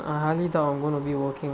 I highly doubt I'm going to be working